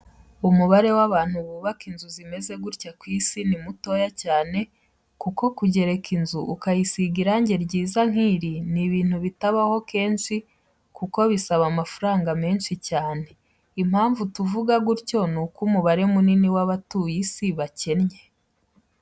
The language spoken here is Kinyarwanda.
Umubare w'abantu bubaka inzi zimeze gutya ku isi ni motoya cyako kuko kugereka inzu, ukayisiga irangi ryiza nkiri ni ibintu bitabaho kenshi kuko isaba amafaranga menshi cyane. Impamvu tuvuga gutyo ni uko umubare munini w'abatuye isi bakennye.